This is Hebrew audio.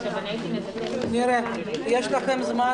ננעלה בשעה